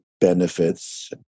benefits